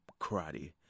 karate